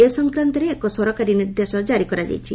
ଏ ସଂକ୍ରାନ୍ତରେ ଏକ ସରକାରୀ ନିର୍ଦ୍ଦେଶ କାରି କରାଯାଇଛି